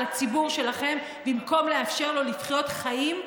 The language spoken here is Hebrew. הציבור שלכם במקום לאפשר לו לחיות חיים,